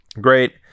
great